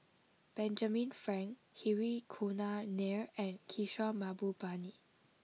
Benjamin Frank Hri Kumar Nair and Kishore Mahbubani